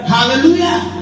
Hallelujah